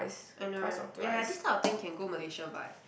I know right ya ya this kind of thing can go Malaysia buy